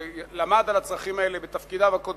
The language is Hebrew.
שלמד על הצרכים האלה בתפקידיו הקודמים,